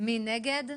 מתנגדים,